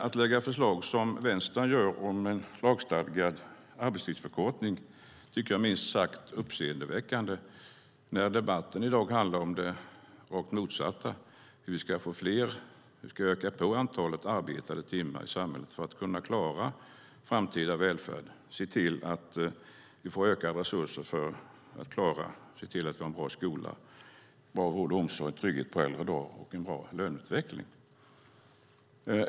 Att lägga fram förslag som Vänstern gör om en lagstadgad arbetstidsförkortning tycker jag minst sagt är uppseendeväckande när debatten i dag handlar om det rakt motsatta, nämligen hur vi ska få fler arbetade timmar i samhället för att klara framtida välfärd och se till att vi får ökade resurser för en bra skola, bra vård och omsorg, trygghet på äldre dar och en bra löneutveckling.